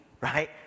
right